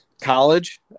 college